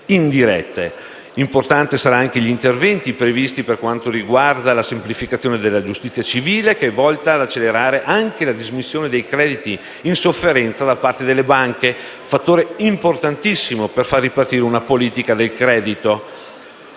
indirette. Importanti saranno anche gli interventi previsti per quanto riguarda la semplificazione della giustizia civile, che è volta ad accelerare anche la dismissione dei crediti in sofferenza da parte delle banche, fattore importantissimo per far ripartire una politica del credito.